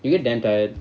you get damn tired